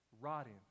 rotting